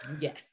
Yes